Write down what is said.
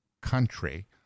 country